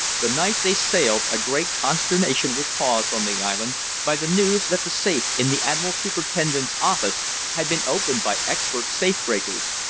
the night they sailed a great consternation was caused on the island by the news that the safe in the admiral superintendent's office had been opened by expert safe-breakers,